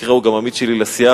במקרה הוא גם עמית שלי לסיעה,